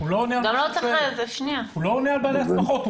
הוא לא עונה על בעלי השמחות.